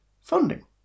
funding